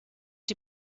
die